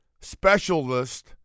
specialist